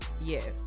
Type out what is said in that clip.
Yes